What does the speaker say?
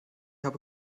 habe